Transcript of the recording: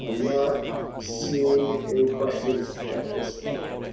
um not seeing any questions at this point.